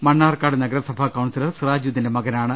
മണ്ണാർക്കാട് നഗരസഭാ കൌൺസലർ സിറാജുദ്ദീന്റെ മകനാണ്